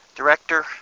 director